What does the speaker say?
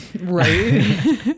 Right